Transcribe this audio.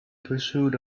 pursuit